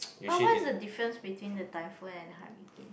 but what is the difference between the typhoon and the hurricane